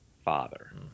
Father